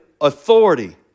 authority